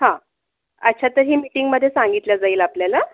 हं अच्छा तर हे मीटिंगमधे सांगितल जाईल आपल्याला